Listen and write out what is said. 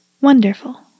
Wonderful